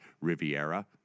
Riviera